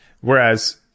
Whereas